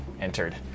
entered